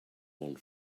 one